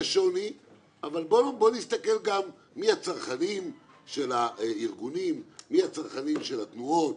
בואו נסתכל גם מי הצרכנים של הארגונים ומי הצרכנים של התנועות,